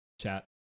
chat